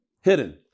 hidden